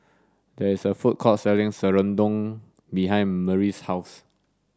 there is a food court selling Serunding behind Marie's house